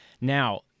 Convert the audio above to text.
Now